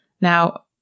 Now